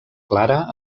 clara